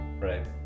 right